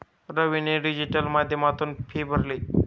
रवीने डिजिटल माध्यमातून फी भरली